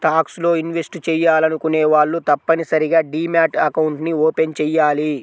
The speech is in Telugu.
స్టాక్స్ లో ఇన్వెస్ట్ చెయ్యాలనుకునే వాళ్ళు తప్పనిసరిగా డీమ్యాట్ అకౌంట్ని ఓపెన్ చెయ్యాలి